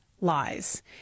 lies